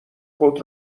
خود